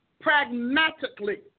pragmatically